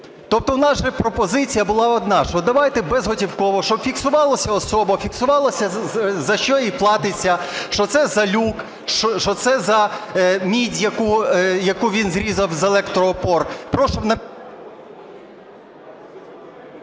Тобто у нас же пропозиція була одна, що давайте безготівково, щоб фіксувалася особа, фіксувалося, за що і платиться, що це за люк, що це за мідь, яку він зрізав з електроопор.